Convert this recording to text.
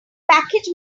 package